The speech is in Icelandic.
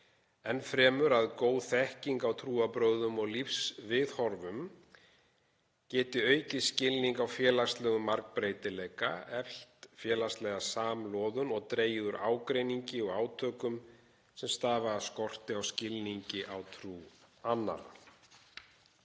enn fremur að góð þekking á trúarbrögðum og lífsviðhorfum geti aukið skilning á félagslegum margbreytileika, eflt félagslega samloðun og dregið úr ágreiningi og átökum sem stafa af skorti á skilningi á trú annarra.